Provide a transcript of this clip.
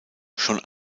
schon